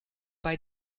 bei